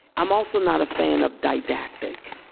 i'm also not a fan of didactic.